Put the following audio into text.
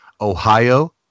Ohio